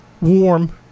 warm